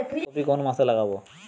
ফুলকপি কোন মাসে লাগাবো?